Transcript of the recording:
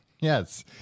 Yes